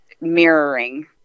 mirroring